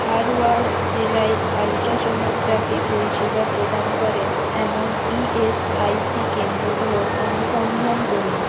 ধারওয়াড় জেলায় আল্ট্রাসনোগ্রাফি পরিষেবা প্রদান করে এমন ই এস আই সি কেন্দ্রগুলোর অনুসন্ধান করুন